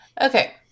Okay